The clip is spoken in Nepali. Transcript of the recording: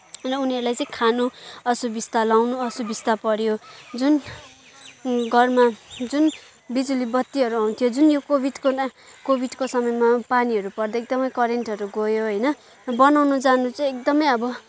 र उनीहरूलाई चाहिँ खान असुबिस्ता लाउन असुबिस्ता पऱ्यो जुन घरमा जुन बिजुली बत्तिहरू आउँथ्यो जुन यो कोभिडकोमा कोभिडको समयमा पानीहरू पर्दा एकदमै करेन्टहरू गयो होइन बनाउन जान चाहिँ एकदमै अब